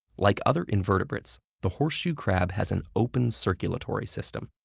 like other invertebrates, the horseshoe crab has an open circulatory system.